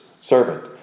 Servant